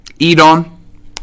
Edom